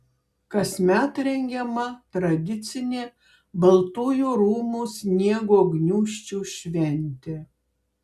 kasmet rengiama tradicinė baltųjų rūmų sniego gniūžčių šventė